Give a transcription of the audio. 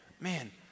Man